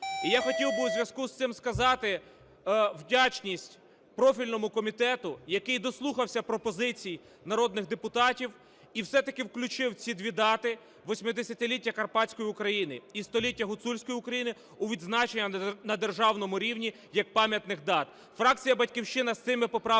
І я хотів би у зв'язку з цим сказати вдячність профільному комітету, який дослухався пропозицій народних депутатів і все-таки включив ці дві дати: 80-ліття Карпатської України і 100-ліття Гуцульської України у відзначення на державному рівні як пам'ятних дат. Фракція "Батьківщина" з цими поправками